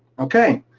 okay.